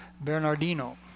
Bernardino